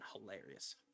hilarious